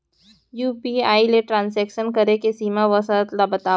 UPI ले transaction करे के सीमा व शर्त ला बतावव?